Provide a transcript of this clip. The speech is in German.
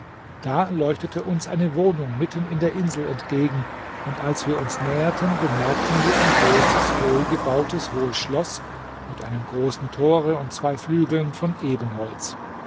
da leuchtete uns eine wohnung mitten in der insel entgegen und als wir uns näherten bemerkten wir ein großes wohlgebautes hohes schloß mit einem großen tore und zwei flügeln von